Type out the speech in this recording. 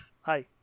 Hi